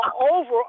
over